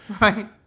Right